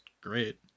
great